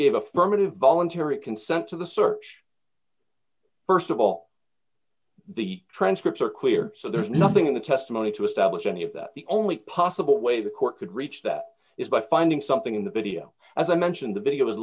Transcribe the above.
gave affirmative voluntary consent to the search st of all the transcripts are clear so there's nothing in the testimony to establish any of that the only possible way the court could reach that is by finding something in the video as i mentioned the video